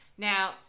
Now